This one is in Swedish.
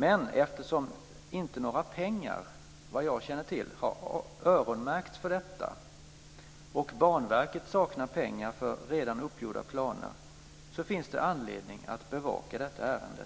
Men eftersom inte några pengar - vad jag känner till - har öronmärkts för detta och Banverket saknar pengar för redan uppgjorda planer finns det anledning att bevaka detta ärende.